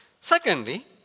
Secondly